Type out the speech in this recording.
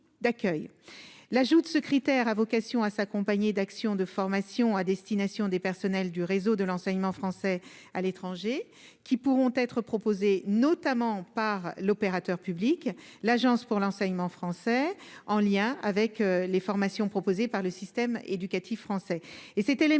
l'ajout de ce critère a vocation à s'accompagner d'actions de formation à destination des personnels du réseau de l'enseignement français à l'étranger qui pourront être proposées notamment par l'opérateur public, l'agence pour l'enseignement français en lien avec les formations proposées par le système éducatif français